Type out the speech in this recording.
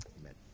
amen